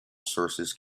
sources